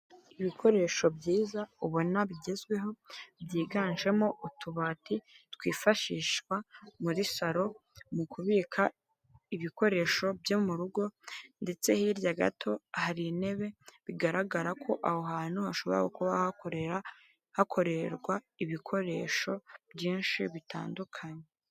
Ibikoresho byiza ubona bigezweho, byiganjemo utubati twifashishwa muri salon mu kubika ibikoresho byo mu rugo, ndetse hirya gato hari intebe bigaragara ko aho hantu hashobora kuba hakorera hakorerwa ibikoresho byinshi bitandukanye.